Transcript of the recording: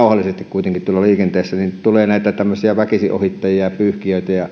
kuitenkin tuolla liikenteessä niin tuppaa olemaan näitä tämmöisiä väkisinohittajia ja pyyhkijöitä ja